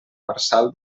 marçal